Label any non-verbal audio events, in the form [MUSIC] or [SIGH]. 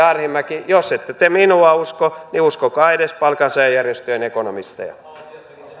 [UNINTELLIGIBLE] arhinmäki jos ette te minua usko niin uskokaa edes palkansaajajärjestöjen ekonomisteja